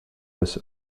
des